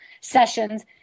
sessions